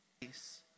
Peace